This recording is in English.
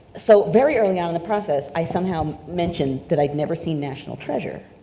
so very early on in the process, i somehow mentioned that i'd never seen national treasure,